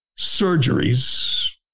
surgeries